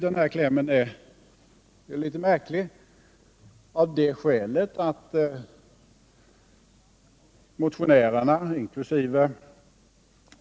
Den här klämmen är litet märklig av det skälet att motionärerna inkl.